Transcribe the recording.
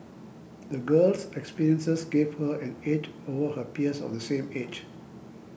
the girl's experiences gave her an edge over her peers of the same age